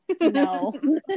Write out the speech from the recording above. no